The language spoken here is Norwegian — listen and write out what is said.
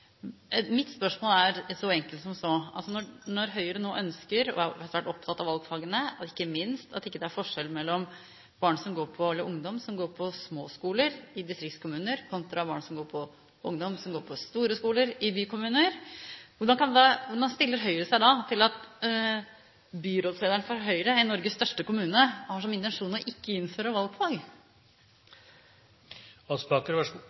Mitt spørsmål er så enkelt som så: Når Høyre nå ønsker og er svært opptatt av valgfag, og ikke minst at det ikke er forskjell på ungdom som går på små skoler i distriktskommuner, kontra ungdom som går på store skoler i bykommuner, hvordan stiller Høyre seg da til at byrådet fra Høyre i Norges største kommune har som intensjon ikke å innføre